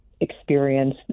experience